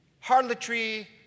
harlotry